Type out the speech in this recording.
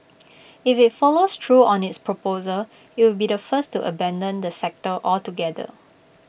if IT follows through on its proposal IT would be the first to abandon the sector altogether